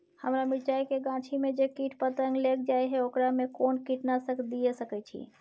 हमरा मिर्चाय के गाछी में जे कीट पतंग लैग जाय है ओकरा में कोन कीटनासक दिय सकै छी?